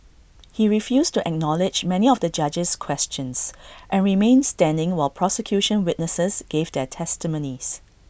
he refused to acknowledge many of the judge's questions and remained standing while prosecution witnesses gave their testimonies